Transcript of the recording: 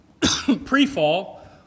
Pre-fall